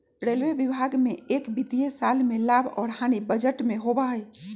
railway विभाग में एक वित्तीय साल में लाभ और हानि बजट में होबा हई